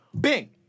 Bing